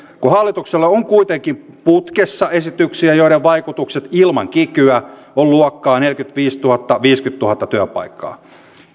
kun hallituksella on on kuitenkin putkessa esityksiä joiden vaikutukset ilman kikyä ovat luokkaa neljäkymmentäviisituhatta viiva viisikymmentätuhatta työpaikkaa